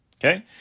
Okay